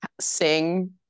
sing